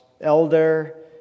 elder